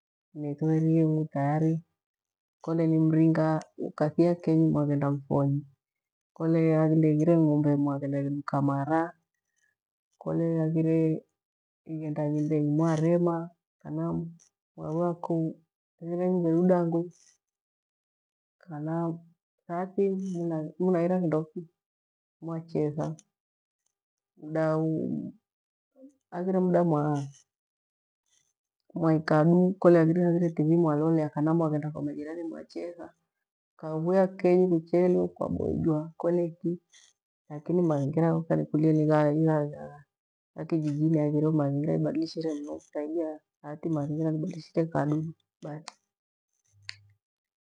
Nithoerie ng’u tayari kole ni mringa ukathia kenyi mwaghenda mfonyi kole haghire ng’umbe mwaghenda igheduka mara kole haghire ighenda ng’indenyi mwarema kaa mwaviwa ku ghendenyi mgheduda ngwi kana thaati muaira kindo ki mwachetha kana haghire mda mwa mwaikaa du kole haghire tivii kana mwaghenda kwa majirani mwachetha mwamia kenyi mucheleliwe mwaboijwa kole ki lakini mwathingira ghoka nikulie nigha kijijini haghire mathingira nibadilishe mnu gho thaidi ya thaati mathingira nibadilishe kadu bathi.